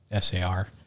SAR